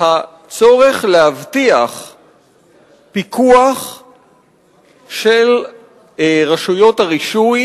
הצורך להבטיח פיקוח של רשויות הרישוי